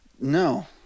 No